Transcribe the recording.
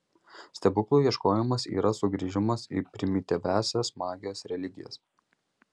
stebuklų ieškojimas yra sugrįžimas į primityviąsias magijos religijas